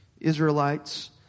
Israelites